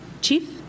Chief